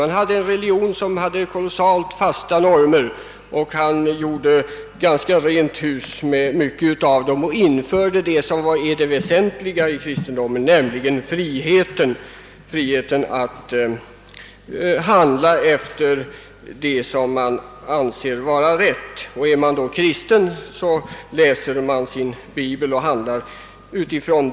Man hade en religion med kolossalt fasta normer, och Kristus gjorde rent hus med många av dessa och införde det som är väsentligt i kristendomen, nämligen friheten att handla så som man anser vara rätt. Är man då kristen läser man sin bibel och "handlar därefter.